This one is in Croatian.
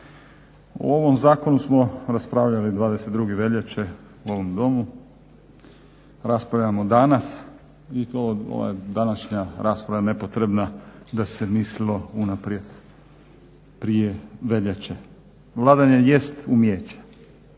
O ovom zakonu smo raspravljali 22. veljače u ovom Domu, raspravljamo danas i to ova današnja rasprava je nepotrebna da se mislilo unaprijed prije veljače. Vladanje jest umijeće